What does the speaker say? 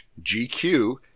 GQ